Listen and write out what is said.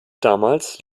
damals